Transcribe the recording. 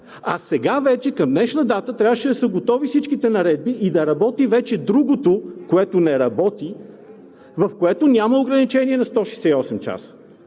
А сега вече към днешна дата, трябваше да са готови всичките наредби и да работи вече другото, което не работи, в което няма ограничение на 168 часа.